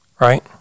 Right